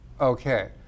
okay